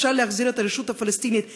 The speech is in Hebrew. אפשר להחזיר את הרשות הפלסטינית למעברים,